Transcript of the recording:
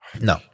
No